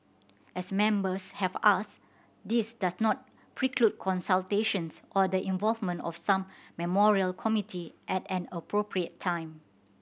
as Members have asked this does not preclude consultations or the involvement of some memorial committee at an appropriate time